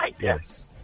Yes